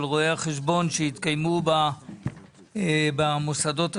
רואי החשבון שהתקיימו במוסדות השונים.